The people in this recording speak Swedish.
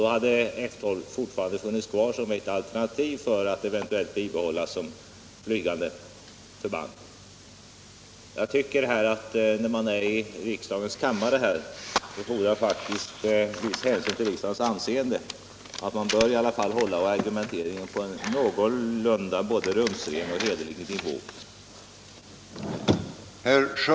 Då hade F 12 fortfarande funnits kvar som alternativ att eventuellt bibehållas som flygförband. När man är i riksdagens kammare fordrar faktiskt en viss hänsyn till riksdagens anseende att man håller argumenteringen på en någorlunda både rumsren och hederlig nivå.